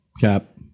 Cap